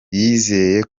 yizeye